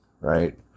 right